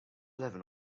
eleven